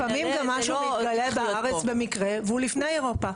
לפעמים גם משהו מתגלה בארץ במקרה והוא לפני אירופה.